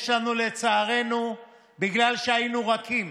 יש לנו, לצערנו, בגלל שהיינו רכים,